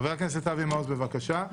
מעוז, בבקשה.